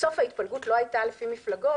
בסוף ההתפלגות לא הייתה לפי מפלגות,